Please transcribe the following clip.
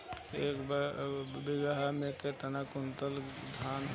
एक बीगहा में केतना कुंटल धान होई?